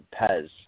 Pez